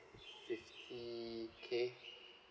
fifty K